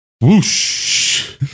Whoosh